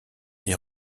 est